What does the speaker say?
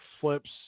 flips